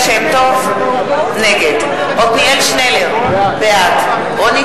נגד עתניאל שנלר, בעד רונית